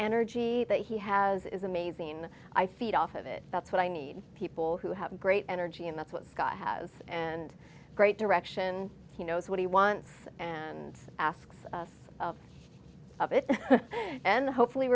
energy that he has is amazing i feed off of it that's what i need people who have great energy and that's what scott has and great direction he knows what he wants and asks of it and hopefully